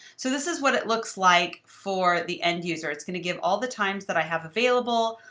so this is what it looks like for the end user. it's going to give all the times that i have available.